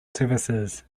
services